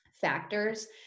factors